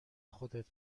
خودت